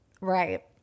Right